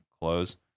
close